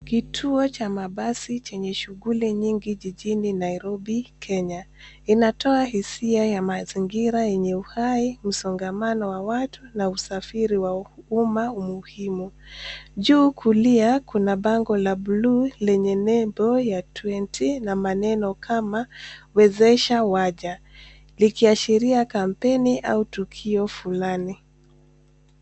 Kituo cha mabasi chenye shughuli nyingi jijini Nairobi, Kenya inatoa hisia ya mazingira yenye uhai msongamano wa watu na usafiri wa umma umuhimu. Juu kulia kuna bango la buluu lenye nembo ya twenti na maneno kama "wezesha waja" likiashiria kampeni au tukio fulani.